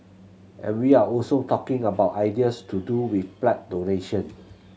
and we are also talking about ideas to do with blood donation